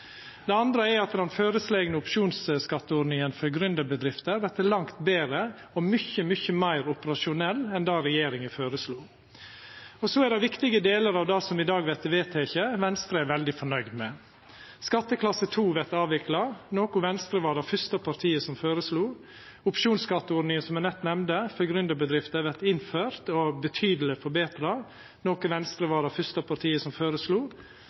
Det andre er at den føreslegne opsjonsskatteordninga for gründerbedrifter vert langt betre og mykje, mykje meir operasjonell enn det regjeringa føreslo. Det er viktige delar av det som i dag vert vedteke, Venstre er veldig fornøgd med. Skatteklasse 2 vert avvikla, noko Venstre var det fyrste partiet som føreslo. Opsjonsskatteordninga – som eg nett nemnde – for gründerbedrifter vert innført og betydeleg forbetra, noko Venstre var det fyrste partiet som føreslo.